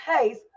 case